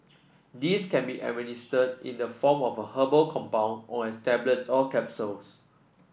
these can be administered in the form of a herbal compound or as tablets or capsules